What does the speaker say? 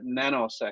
nanoseconds